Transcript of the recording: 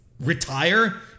Retire